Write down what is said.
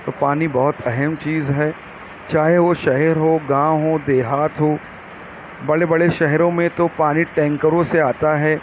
تو پانی بہت اہم چیز ہے چاہے وہ شہر ہو گاؤں ہو دیہات ہو بڑے بڑے شہروں میں تو پانی ٹینکروں سے آتا ہے